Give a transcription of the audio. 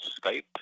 Skype